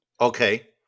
Okay